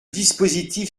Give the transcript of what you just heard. dispositif